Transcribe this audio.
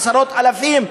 עשרות אלפים,